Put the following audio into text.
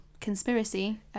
conspiracy